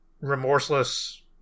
remorseless